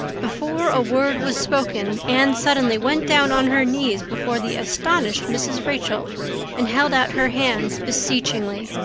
before a word was spoken anne suddenly went down on her knees before the astonished mrs. rachel and held out her hands beseechingly.